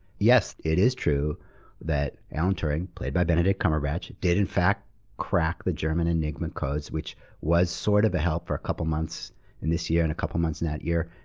yes, it is true that alan turing, played by benedict cumberbatch, did in fact crack the german enigma codes, which was sort of a help for a couple months in this year and a couple months in that year,